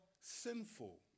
sinful